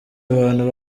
abantu